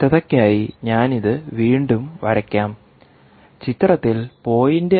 വ്യക്തതയ്ക്കായി ഞാൻ ഇത് വീണ്ടും വരയ്ക്കാം ചിത്രത്തിൽ 0